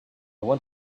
want